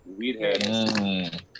Weedhead